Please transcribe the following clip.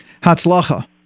Hatzlacha